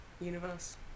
universe